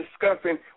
discussing